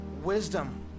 wisdom